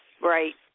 Right